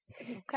Okay